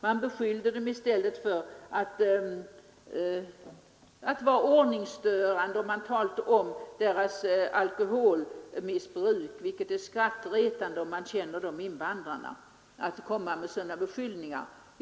Man beskyllde dem i stället för att vara ordningsstörande. Man talade också om deras alkoholmissbruk. Att man kommer med sådana beskyllningar är skrattretande för dem som känner dessa invandrare.